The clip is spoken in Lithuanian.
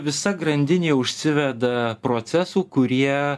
visa grandinė užsiveda procesų kurie